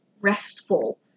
restful